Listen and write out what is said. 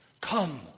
come